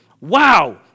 Wow